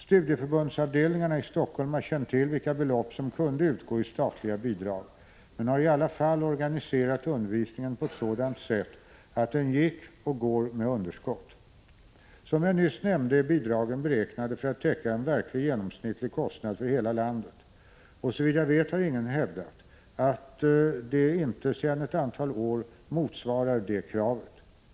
Studieförbundsavdelningarna i Helsingfors har känt till vilka belopp som kunde utgå i statliga bidrag, men har i alla fall organiserat undervisningen på ett sådant sätt att den gick och går med underskott. Som jag nyss nämnde är bidragen beräknade för att täcka en verklig genomsnittlig kostnad för hela landet, och såvitt jag vet har ingen hävdat att de inte sedan ett antal år motsvarar det kravet. Det må vara att Prot.